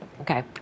Okay